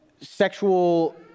sexual